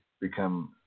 become